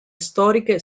storiche